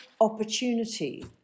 opportunity